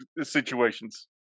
situations